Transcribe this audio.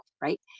Right